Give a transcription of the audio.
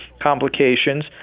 complications